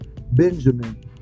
Benjamin